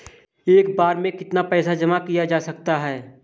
एक बार में कितना पैसा जमा किया जा सकता है?